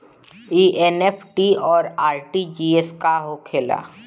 ई एन.ई.एफ.टी और आर.टी.जी.एस का होखे ला?